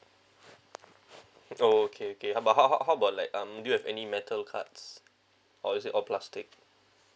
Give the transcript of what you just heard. oh okay okay uh but how how how about like um do you have any metal cards or is it all plastic